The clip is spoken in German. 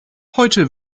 heute